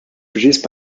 produced